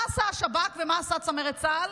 מה עשה השב"כ ומה עשתה צמרת צה"ל?